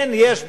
כן, יש בעיות.